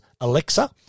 Alexa